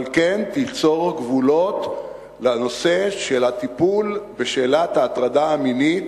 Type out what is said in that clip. אבל כן תיצור גבולות בנושא של הטיפול בשאלת ההטרדה המינית,